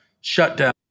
shutdown